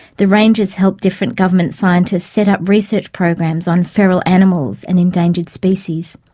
the rangers helped different government scientists set up research programs on feral animals and endangered species.